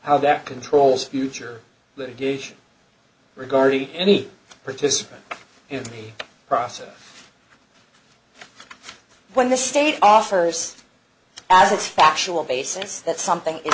how that controls future litigation regarding any participant in the process when the state offers as its factual basis that something is